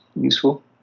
useful